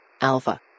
Alpha